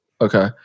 Okay